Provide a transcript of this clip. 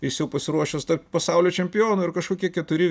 jis jau pasiruošęs tapt pasaulio čempionu ir kažkokie keturi